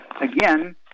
again